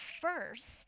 first